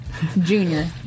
Junior